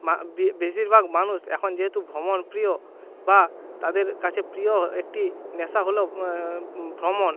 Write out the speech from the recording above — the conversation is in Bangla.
মা বেশিরভাগ মানুষ এখন যেহেতু ভ্রমণ প্রিয় বা তাদের কাছে প্রিয় একটি নেশা হলো ভ্রমণ